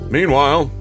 Meanwhile